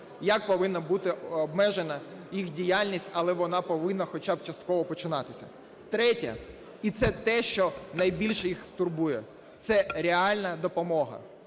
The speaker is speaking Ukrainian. як повинна бути обмежена їх діяльність, але вона повинна хоча б частково починатися. Третє. І це те, що найбільше їх турбує, це реальна допомога.